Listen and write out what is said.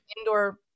indoor